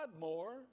more